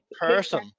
person